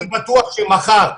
ואני בטוח שמחר,